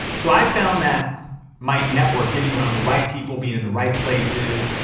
so i found that my network, getting around the right people, being in the right places,